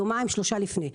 יומיים-שלושה לפני.